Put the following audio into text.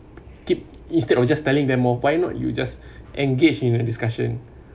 keep instead of just telling them off why not you just engage in a discussion